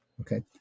Okay